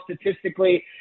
statistically